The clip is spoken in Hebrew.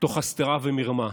תוך הסתרה ומרמה.